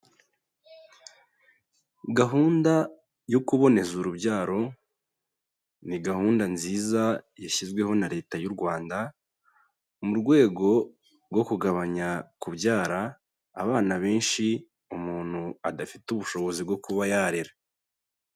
Gahunda yo kuboneza urubyaro ni gahunda nziza yashyizweho na Leta y'u Rwanda, mu rwego rwo kugabanya kubyara abana benshi umuntu adafite ubushobozi bwo kuba yarera.